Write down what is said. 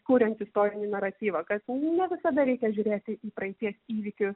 kuriant istorinį naratyvą kad ne visada reikia žiūrėti į praeities įvykius